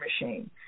machine